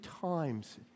times